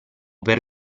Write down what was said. per